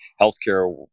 healthcare